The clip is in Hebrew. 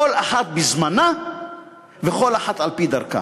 כל אחת בזמנה וכל אחת על-פי דרכה.